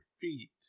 feet